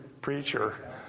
preacher